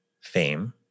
fame